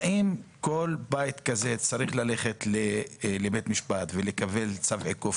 האם כל בית כזה צריך ללכת לבית משפט ולקבל צו עיכוב,